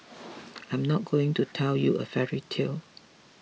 I am not going to tell you a fairy tale